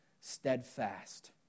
steadfast